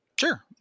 Sure